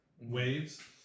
waves